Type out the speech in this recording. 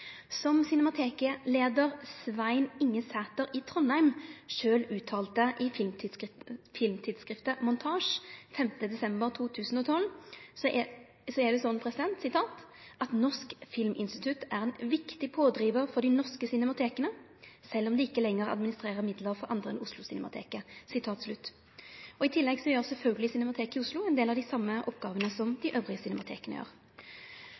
Som Cinemateket-leiar Svein Inge Sæther i Trondheim sjølv uttalte til filmtidsskriftet Montages 5. desember 2012, er Norsk filminstitutt «en viktig pådriver for de norske cinematekene, selv om de ikke lenger administrerer midler for andre enn Oslo-cinemateket». I tillegg gjer sjølvsagt Cinemateket i Oslo ein del av dei same oppgåvene som